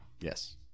Yes